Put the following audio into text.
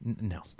No